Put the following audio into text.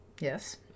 Yes